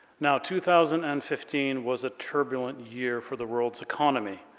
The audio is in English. now, two thousand and fifteen was a turbulent year for the world's economy,